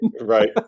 Right